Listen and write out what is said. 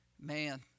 man